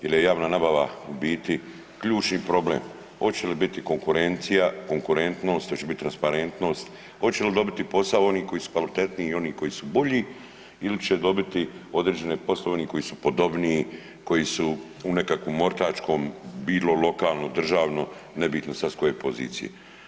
Jer je javna nabava u biti ključni problem hoće li biti konkurencija, konkurentnost, hoće li biti transparentnost, hoće li dobiti posao oni koji su kvalitetniji i oni koji su bolji ili će dobiti određene poslove oni koji su podobniji, koji su u nekakvom ortačkom bilo lokalno, državno ili nebitno sad s koje pozicije.